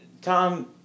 Tom